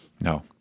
No